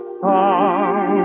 song